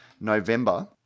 November